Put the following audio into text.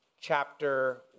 chapter